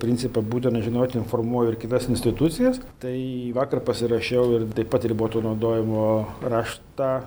principą būtina žinoti informuoju ir kitas institucijas tai vakar pasirašiau ir taip pat riboto naudojimo raštą